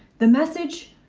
the message,